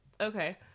Okay